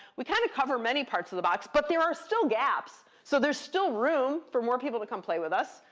we kind of cover many parts of the box. but there are still gaps. so there's still room for more people to come play with us.